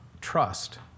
trust